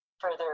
further